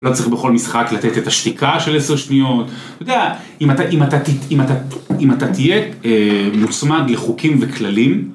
לא צריך בכל משחק לתת את השתיקה של עשר שניות. אתה יודע, אם אתה, אם אתה, אם אתה תהיה מוצמד לחוקים וכללים...